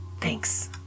Thanks